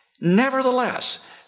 Nevertheless